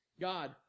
God